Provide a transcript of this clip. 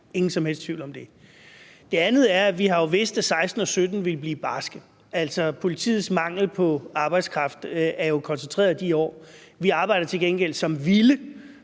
ingen som helst tvivl om det. Det andet er, at vi jo har vidst, at 2016 og 2017 ville blive barske, politiets mangel på arbejdskraft er jo koncentreret i de her år. Vi arbejder til gengæld som vilde